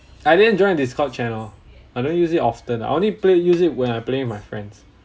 I didn't join discord channel I don't use it often I only play use it when I playing with my friends